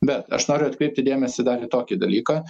bet aš noriu atkreipti dėmesį dar į tokį dalyką